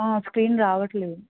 screen రావట్లేదు